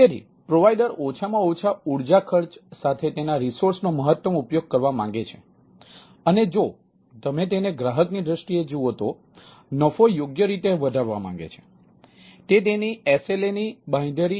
તેથી પ્રોવાઇડર દાખલાની સાચી સફળતાને ટાંકીએ છીએ બરાબર